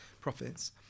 profits